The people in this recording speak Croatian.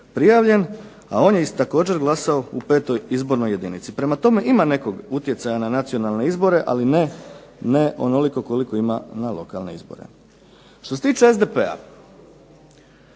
prijavljen a on je također glasao u petoj izbornoj jedinici. Prema tome, ima nekog utjecaja na nacionalne izbore, ali ne onoliko koliko ima na lokalne izbore. Što se tiče SDP-a